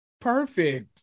Perfect